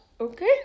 okay